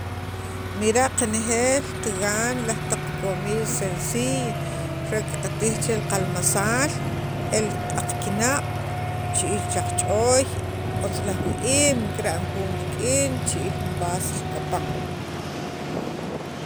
mira' qanejeel qagan laj taq comid sensiy re qatij chel qalmasal el q'aq kinaq' chi'iil ch'aqch'ooy otz laj wa'iim kirb'an juun rik'in richi'il jun vas rikapan.